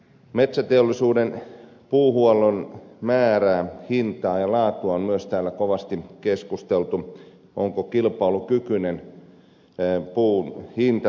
metsäteollisuuden puuhuollon määrästä hinnasta ja laadusta on myös täällä kovasti keskusteltu onko puun hinta kilpailukykyinen tällä hetkellä